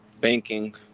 banking